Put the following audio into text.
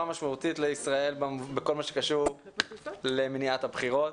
משמעותית לישראל בכל מה שקשור למניעת הבחירות.